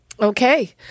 Okay